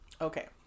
Okay